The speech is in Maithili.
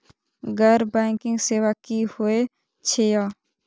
गैर बैंकिंग सेवा की होय छेय?